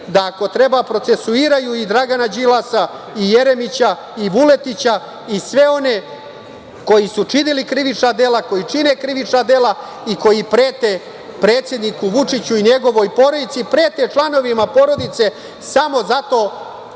da ako treba procesuiraju Dragana Đilasa, Jeremića, Vuletića i sve one koji su činili krivična dela, koji čine krivična dela i koji prete predsedniku Vučiću i njegovoj porodici, prete članovima porodice samo zato